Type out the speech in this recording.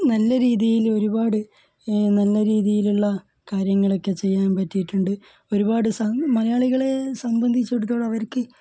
നല്ല രീതിയിൽ ഒരുപാട് നല്ല രീതിയിലുള്ള കാര്യങ്ങളൊക്കെ ചെയ്യാൻ പറ്റിയിട്ടുണ്ട് ഒരുപാട് മലയാളികളെ സംബന്ധിച്ചിടത്തോളം അവർക്ക്